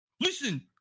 Listen